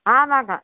ஆமாங்க